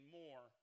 more